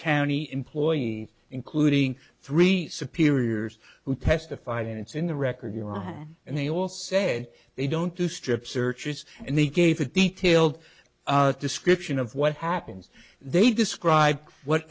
county employee including three superiors who testified it's in the record on her and they all say they don't do strip searches and they gave a detailed description of what happens they describe what